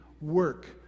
work